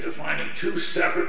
defining two separate